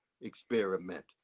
experiment